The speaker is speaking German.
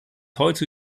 heute